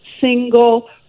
single